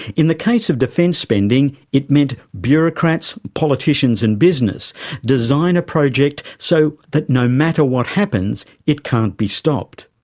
in the case of defence spending it meant bureaucrats, politicians and business design a project so that no matter what happens, it can't be stopped.